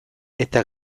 eta